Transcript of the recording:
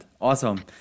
awesome